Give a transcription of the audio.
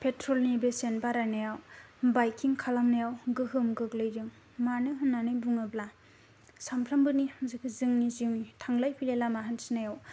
पेट्रलनि बेसेन बारायनायाव बाइकिं खालामनायाव गोहोम गोग्लैयो मानो होन्नानै बुङोब्ला सामफ्रामबोनि होजोंनि आजोंनि थांलाय फैलाय लामा हान्थिनायाव